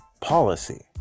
policy